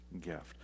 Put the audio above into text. gift